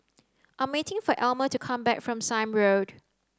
I'm waiting for Almer to come back from Sime Road